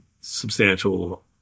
substantial